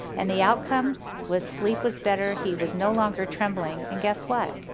and the outcome was sleep was better, he was no longer trembling, and guess what,